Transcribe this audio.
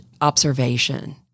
observation